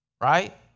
Right